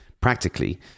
practically